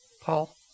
Paul